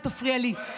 אל תפריע לי.